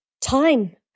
time